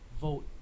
vote